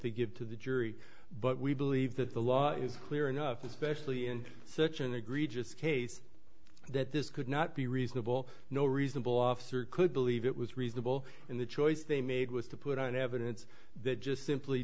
they give to the jury but we believe that the law is clear enough especially in such an egregious case that this could not be reasonable no reasonable officer could believe it was reasonable in the choice they made was to put on evidence that just simply